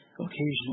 occasionally